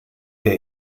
der